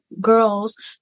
girls